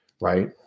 right